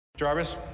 Jarvis